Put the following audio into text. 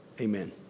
Amen